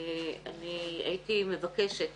אני הייתי מבקשת